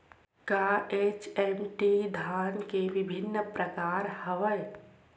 का एच.एम.टी धान के विभिन्र प्रकार हवय?